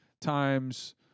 times